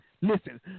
Listen